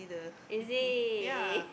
is it